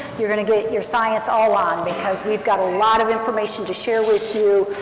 you're going to get your science all on because we've got a lot of information to share with you,